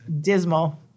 dismal